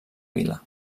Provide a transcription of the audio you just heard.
vila